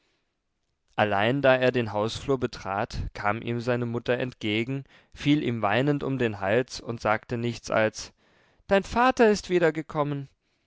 allein da er den hausflur betrat kam ihm seine mutter entgegen fiel ihm weinend um den hals und sagte nichts als dein vater ist